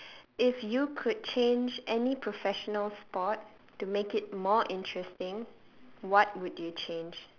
if you could change any professional sport to make it more interesting what would you change